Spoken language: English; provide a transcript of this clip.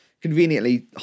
conveniently